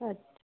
अच्छा